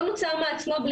מעצמו,